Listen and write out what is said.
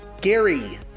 Gary